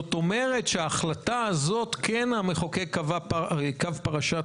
הסתפקו בהסכמה מכללא אלא דרשו הסכמה מפורטת ומפורשת